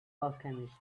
alchemist